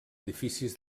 edificis